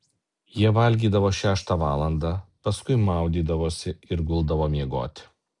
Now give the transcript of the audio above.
jie valgydavo šeštą valandą paskui maudydavosi ir guldavo miegoti